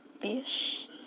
fish